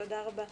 תודה רבה.